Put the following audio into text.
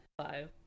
Five